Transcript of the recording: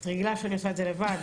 את רגילה שאני עושה את זה לבד.